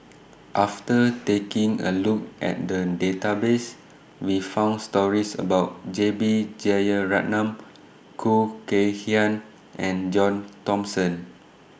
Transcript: after taking A Look At The Database We found stories about J B Jeyaretnam Khoo Kay Hian and John Thomson